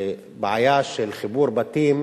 לבעיה של חיבור בתים